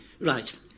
Right